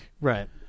Right